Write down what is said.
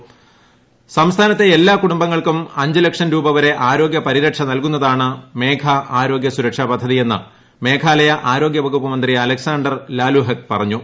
കമ്പനിയുമായി ഇത് സംസ്ഥാനത്തെ എല്ലാ കുടുംബങ്ങൾക്കും അഞ്ചു ലക്ഷം രൂപ വരെ ആരോഗ്യ പരിരക്ഷ നല്കുന്നതാണ് മേഘ ആരോഗ്യ സുരക്ഷാ പദ്ധതിയെന്ന് മേഘാലയ ആരോഗ്യ വകുപ്പു മന്ത്രി അലക്സാണ്ടർ ലാലു ഹെക് പറഞ്ഞു